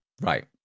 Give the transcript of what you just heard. Right